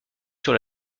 sur